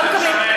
--- שר האוצר.